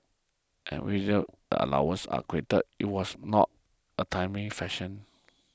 and even when the allowance was credited it was not a timely fashion